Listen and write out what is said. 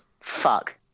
Fuck